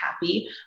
happy